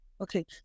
Okay